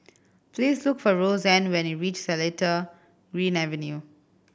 please look for Roseann when you reach Seletar Green Avenue